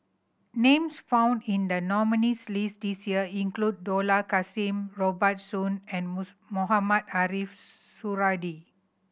names found in the nominees' list this year include Dollah Kassim Robert Soon and Mohamed Ariff Suradi